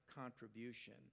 contribution